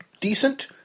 decent